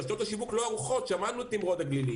רשתות השיווק לא ערוכות, שמענו את נמרוד הגלילי.